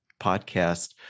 podcast